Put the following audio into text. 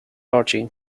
archie